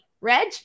Reg